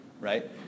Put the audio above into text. right